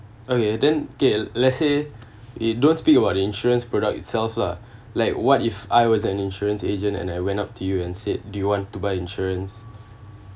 okay then okay let's say if don't speak about the insurance product itself lah like what if I was an insurance agent and I went up to you and said do you want to buy insurance